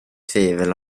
tvivel